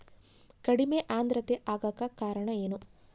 ಕಡಿಮೆ ಆಂದ್ರತೆ ಆಗಕ ಕಾರಣ ಏನು?